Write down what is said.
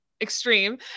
extreme